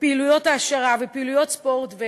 ופעילויות העשרה ופעילויות ספורט.